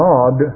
God